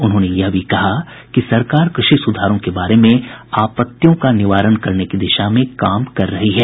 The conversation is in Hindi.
उन्होंने जोर देकर कहा कि सरकार कृषि सुधारों के बारे में आपत्तियों का निवारण करने की दिशा में काम कर रही है